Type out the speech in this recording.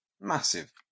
Massive